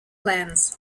lens